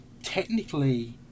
technically